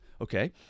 okay